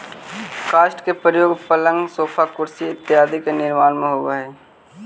काष्ठ के प्रयोग पलंग, सोफा, कुर्सी आदि के निर्माण में होवऽ हई